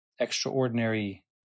extraordinary